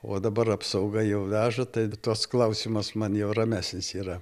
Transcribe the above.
o dabar apsauga jau veža tai tas klausimas man jau ramesnis yra